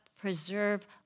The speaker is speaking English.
preserve